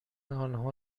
آنها